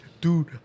Dude